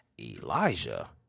Elijah